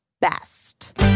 best